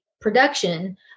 production